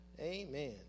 Amen